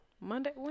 Monday